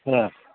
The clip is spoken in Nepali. अँ